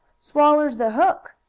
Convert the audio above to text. swallers the hook!